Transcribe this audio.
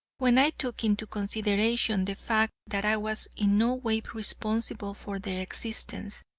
when i took into consideration the fact that i was in no way responsible for their existence.